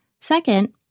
Second